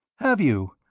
have you?